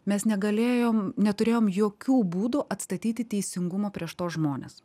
mes negalėjom neturėjom jokių būdų atstatyti teisingumą prieš tuos žmones